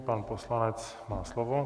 Pan poslanec má slovo.